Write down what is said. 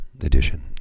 edition